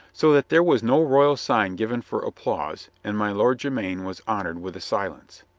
so that there was no royal sign given for applause, and my lord jermyn was honored with a silence.